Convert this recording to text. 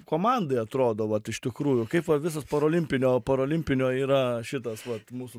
komandai atrodo vat iš tikrųjų kaip va visas parolimpinio parolimpinio yra šitas vat mūsų